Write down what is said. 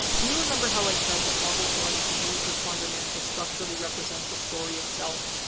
do you remember how i said that marble hornets used the slender man to structurally represent the story itself?